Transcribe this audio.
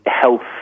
health